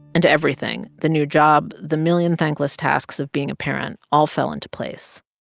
and everything the new job, the million thankless tasks of being a parent, all fell into place.